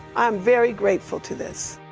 i'm very grateful to this.